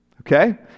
Okay